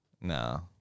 No